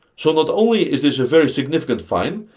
so not only is this a very significant fine,